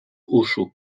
uszu